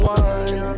one